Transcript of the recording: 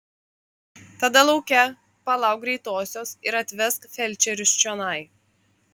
tada lauke palauk greitosios ir atvesk felčerius čionai